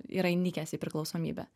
yra įnikęs į priklausomybę